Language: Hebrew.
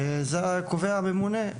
אותן קובע הממונה,